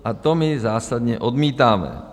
A to my zásadně odmítáme.